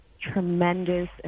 tremendous